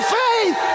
faith